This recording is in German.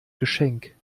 geschenk